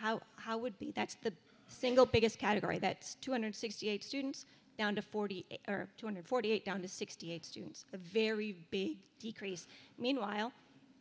how how would be that's the single biggest category that two hundred sixty eight students down to forty are two hundred forty eight down to sixty eight students a very b decrease meanwhile